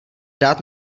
dát